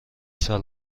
سال